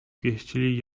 pieścili